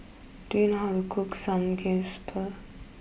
do you know how to cook Samgyeopsal